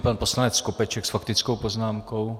Pan poslanec Skopeček s faktickou poznámkou.